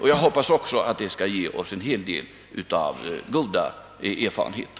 Jag hoppas att det också skall ge oss en hel del goda erfarenheter.